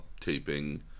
taping